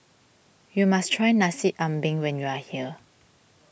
you must try Nasi Ambeng when you are here